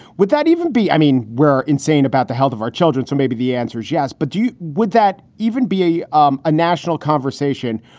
would that even be i mean, we're insane about the health of our children. so maybe the answer is yes. but would that even be a um a national conversation?